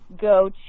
go